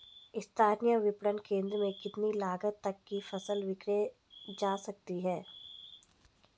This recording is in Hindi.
स्थानीय विपणन केंद्र में कितनी लागत तक कि फसल विक्रय जा सकती है?